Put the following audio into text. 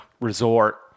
resort